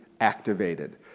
activated